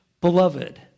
beloved